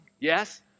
yes